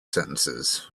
sentences